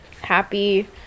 Happy